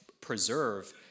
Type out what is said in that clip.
preserve